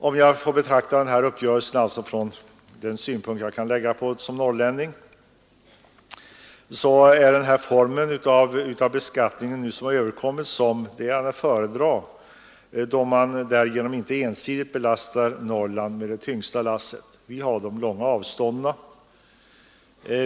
Om jag alltså betraktar uppgörelsen från den synpunkt som jag kan lägga på den i egenskap av norrlänning, så finner jag att den form av beskattning som nu föreslagits är att föredra, eftersom man då inte ensidigt lägger på Norrland det tyngsta lasset. Det är vi som har de långa avstånden.